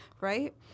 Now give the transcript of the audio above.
right